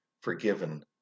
forgiven